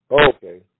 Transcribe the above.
Okay